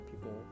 people